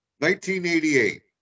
1988